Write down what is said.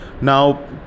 Now